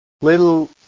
little